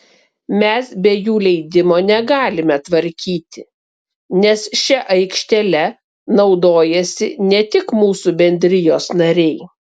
mes be jų leidimo negalime tvarkyti nes šia aikštele naudojasi ne tik mūsų bendrijos nariai